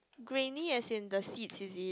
grainy as in the seeds is it